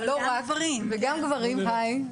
וגם גברים אבל